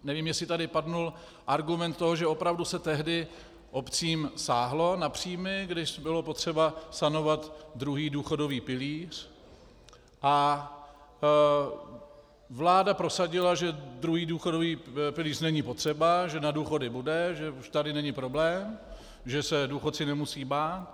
Nevím, jestli tady padl argument o tom, že opravdu se tehdy obcím sáhlo na příjmy, když bylo potřeba sanovat druhý důchodový pilíř, a vláda prosadila, že druhý důchodový pilíř není potřeba, že na důchody bude, že už tady není problém, že se důchodci nemusí bát.